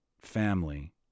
family